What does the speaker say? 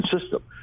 system